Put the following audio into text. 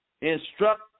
instruct